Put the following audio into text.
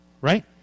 right